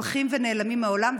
שהולכים ונעלמים מהעולם.